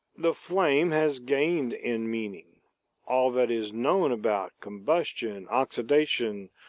the flame has gained in meaning all that is known about combustion, oxidation,